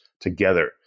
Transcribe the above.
together